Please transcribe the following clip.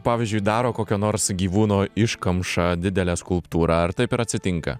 pavyzdžiui daro kokio nors gyvūno iškamšą didelę skulptūrą ar taip ir atsitinka